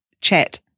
chat